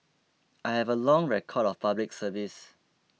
I have a long record of Public Service